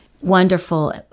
Wonderful